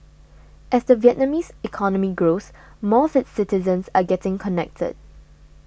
as the Vietnamese economy grows more of its citizens are getting connected